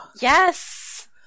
Yes